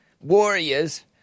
warriors